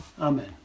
Amen